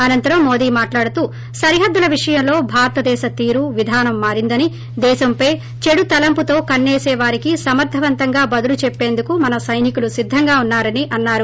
అనంతరం మోదీ మాట్లాడుతూ సరిహద్దుల విషయంలో భారతదేశ తీరు విధానం మారిందని దేశంపై చెడుతలంపుతో కన్సే సే వారికి సమర్గవంతంగా బదులు చెప్పందుకు మన సైనికులు సిద్దంగా ఉన్నారని అన్నారు